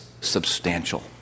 substantial